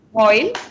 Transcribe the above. Oil